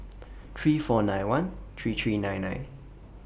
three four nine one three three nine nine